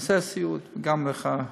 נושא הסיעוד, גם לך,